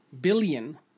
Billion